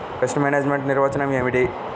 Pest management నిర్వచనం ఏమిటి?